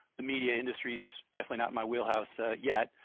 the media industry is definite not my wheelhouse yet,